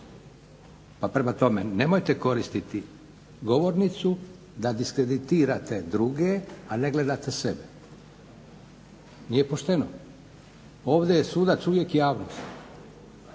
Pa prema tome, nemojte koristiti govornicu da diskreditirate druge, a ne gledate sebe. Nije pošteno! Ovdje je sudac uvijek javnost.